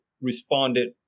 responded